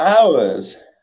hours